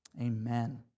Amen